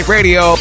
Radio